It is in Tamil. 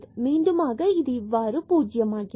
மீண்டுமாக இவ்வாறு 0 ஆகிறது